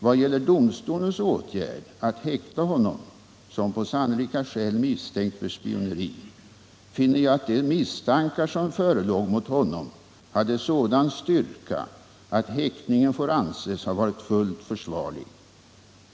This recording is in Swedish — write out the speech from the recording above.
Vad gäller domstolens åtgärd att häkta E som på sannolika skäl misstänkt för spioneri finner jag att de misstankar som förelåg mot honom hade sådan styrka att häktningen får anses ha varit fullt försvarlig.